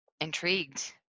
intrigued